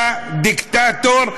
אתה דיקטטור,